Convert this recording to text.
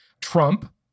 Trump